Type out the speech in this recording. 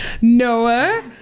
Noah